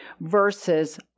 versus